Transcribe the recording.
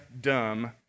dumb